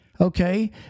Okay